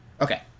Okay